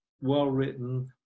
well-written